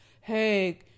Hey